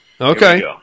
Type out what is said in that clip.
Okay